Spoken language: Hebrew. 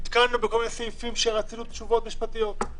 נתקענו בכל מיני סעיפים שרצינו תשובות משפטיות.